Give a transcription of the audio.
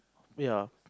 ya